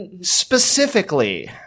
Specifically